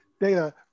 data